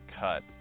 cut